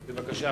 בבקשה.